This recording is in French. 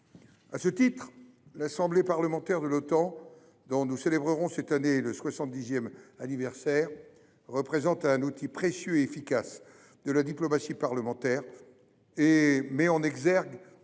À ce titre, l’Assemblée parlementaire de l’Otan, dont nous célébrons cette année le soixante dixième anniversaire, représente un outil précieux et efficace de la diplomatie parlementaire et met en exergue